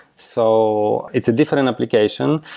so it's a different application,